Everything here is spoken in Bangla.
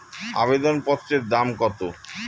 আবেদন পত্রের দাম কত?